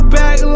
back